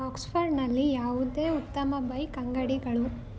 ಆಕ್ಸ್ಫರ್ಡ್ನಲ್ಲಿ ಯಾವುದೇ ಉತ್ತಮ ಬೈಕ್ ಅಂಗಡಿಗಳು